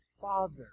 Father